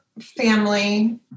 family